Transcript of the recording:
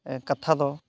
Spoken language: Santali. ᱠᱟᱛᱷᱟ ᱫᱚ